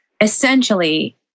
essentially